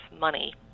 money